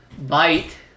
bite